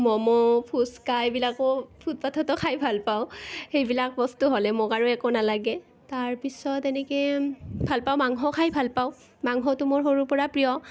মমো ফুচ্কা এইবিলাকো ফুটপাথতো খাই ভাল পাওঁ সেইবিলাক বস্তু হ'লে মোক আৰু একো নালাগে তাৰপিছত এনেকৈ ভাল পাওঁ মাংস খাই ভাল পাওঁ মাংসটো মোৰ সৰুৰ পৰা প্ৰিয়